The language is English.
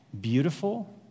beautiful